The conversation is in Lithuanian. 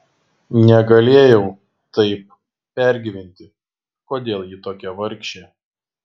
negalėjau taip pergyventi kodėl ji tokia vargšė